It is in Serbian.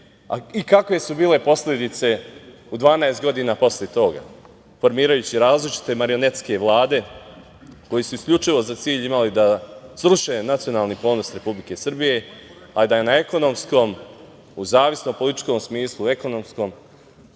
i kakve su bile posledice u 12 godina posle toga, formirajući različite marionetske vlade koje su isključivo za cilj imale da sruše nacionalni ponos Republike Srbije, a da je na ekonomskom, u zavisno političkom smislu, ekonomskom,